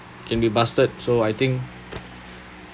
can be busted so I think